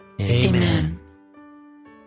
Amen